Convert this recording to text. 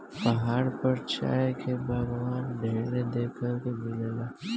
पहाड़ पर चाय के बगावान ढेर देखे के मिलेला